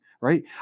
right